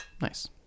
Nice